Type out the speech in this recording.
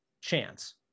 chance